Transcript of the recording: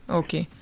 okay